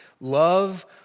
love